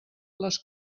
les